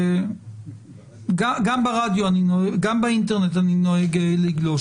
גם באינטרנט אני נוהג לגלוש,